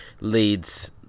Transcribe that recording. leads